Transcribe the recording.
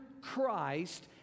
Christ